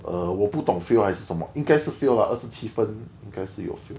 err 我不懂 fail 还是什么应该是 fail lah 二十七分应该是有 fail